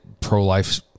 pro-life